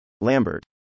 Lambert